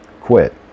quit